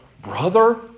brother